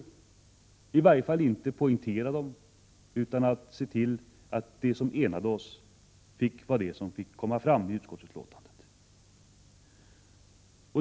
Vi har i varje fall inte poängterat dem utan sett till att det som enade oss blev det som fick komma fram i utskottsbetänkandet.